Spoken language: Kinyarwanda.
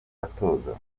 atoza